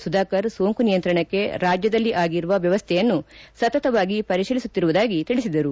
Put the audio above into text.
ಸುಧಾಕರ್ ಸೋಂಕು ನಿಯಂತ್ರಣಕ್ಕೆ ರಾಜ್ಯದಲ್ಲಿ ಆಗಿರುವ ವ್ಯವಸ್ಥೆಯನ್ನು ಸತತವಾಗಿ ಪರಿಶೀಲಿಸುತ್ತಿರುವುದಾಗಿ ತಿಳಿಸಿದರು